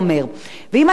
על עובדים חלשים,